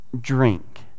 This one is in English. drink